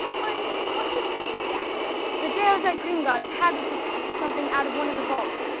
but what could snape be after? the day i was at gringott's, hagrid took so something out of one of the vaults.